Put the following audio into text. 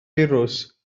firws